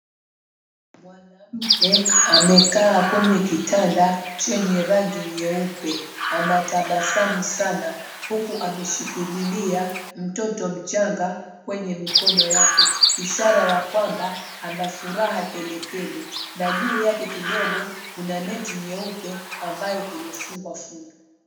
Mwanamke amekaa kwenye kitanda chenye rangi nyeupe anatasbasamu sana huku ameshikililia mtoto mchanga kwenye mikono yake ishara ya kwamba ana furaha kedekede na juu yake kidogo kuna neti nyeupe ambayo imefungwa